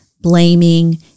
Blaming